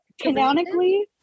canonically